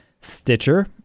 Stitcher